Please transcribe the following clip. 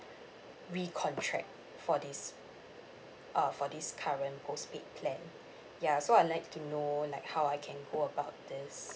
re contract for this uh for this current postpaid plan ya so I'd like to know like how I can go about this